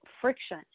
friction